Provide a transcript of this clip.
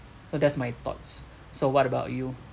so that's my thoughts so what about you